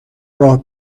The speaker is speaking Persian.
راه